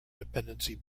dependency